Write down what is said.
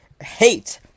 hate